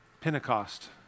Pentecost